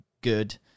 good